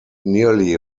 nearly